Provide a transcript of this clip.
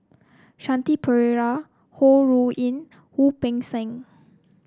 Shanti Pereira Ho Rui An Wu Peng Seng